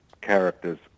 characters